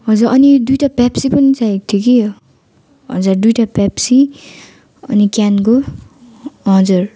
हजुर अनि दुइवटा पेप्सी पनि चाहिएको थियो कि हजुर दुइवटा पेप्सी अनि क्यानको हजुर